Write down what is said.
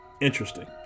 Interesting